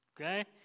okay